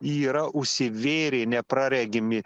yra užsivėrė nepraregimi